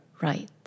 right